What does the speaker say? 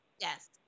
Yes